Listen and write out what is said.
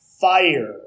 fire